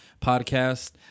podcast